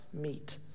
meet